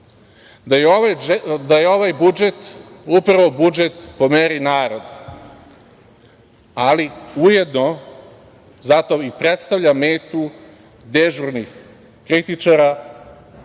Da je ovaj budžet upravo budžet po meri naroda, ali ujedno zato i predstavlja metu dežurnih kritičara,